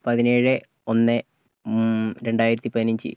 പതിനേഴ് ഒന്ന് രണ്ടായിരത്തി പതിനഞ്ച്